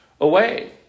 away